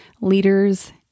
leaders